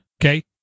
okay